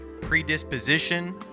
predisposition